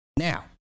Now